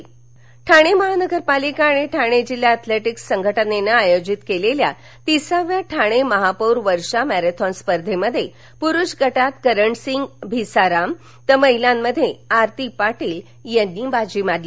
Thane marathon Thane महानगरपालिका आणि ठाणे जिल्हा एथलेटिक्स संघटनेनं आयोजित केलेल्या तिसाव्या ठाणे महापौर वर्षा मॅरेथॉन स्पर्धेमध्ये पुरुष गटात करणसिंह भीसाराम तर महिलांमध्ये आरती पाटील यांनी बाजी मारली